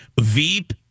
Veep